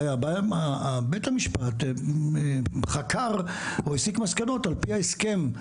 בית המשפט חקר או הסיק מסקנות על פי ההסכם,